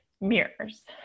mirrors